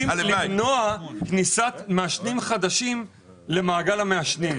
למנוע כניסת מעשנים חדשים למעגל המעשנים.